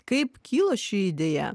kaip kilo ši idėja